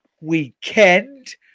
weekend